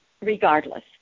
regardless